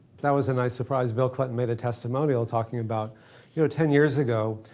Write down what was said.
that was a nice surprise. bill clinton made a testimonial talking about you know ten years ago,